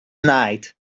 night